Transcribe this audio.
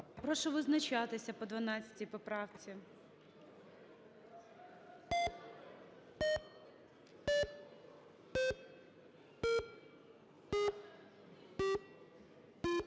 Прошу визначатися по 13 поправці.